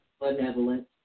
benevolent